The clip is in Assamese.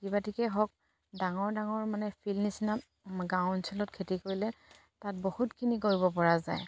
কিবাতিকে হওক ডাঙৰ ডাঙৰ মানে ফিল্ড নিচিনা গাঁও অঞ্চলত খেতি কৰিলে তাত বহুতখিনি কৰিব পৰা যায়